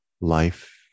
life